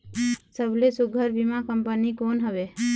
सबले सुघ्घर बीमा कंपनी कोन हवे?